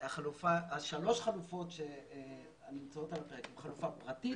שלוש חלופות נמצאות על הפרק: חלופה פרטית,